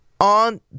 on